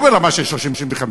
לא ברמה של 35%,